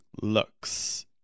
looks